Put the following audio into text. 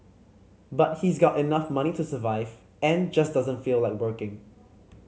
but he's got enough money to survive and just doesn't feel like working